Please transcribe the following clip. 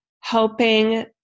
helping